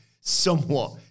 somewhat